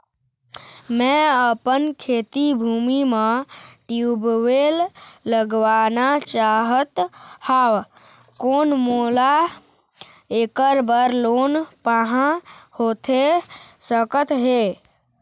मैं अपन खेती भूमि म ट्यूबवेल लगवाना चाहत हाव, कोन मोला ऐकर बर लोन पाहां होथे सकत हे?